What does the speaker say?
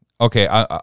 Okay